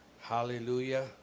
Hallelujah